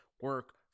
Work